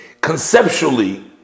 Conceptually